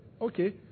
Okay